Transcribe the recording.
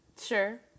Sure